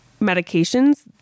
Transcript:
medications